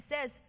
says